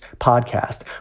podcast